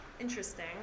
interesting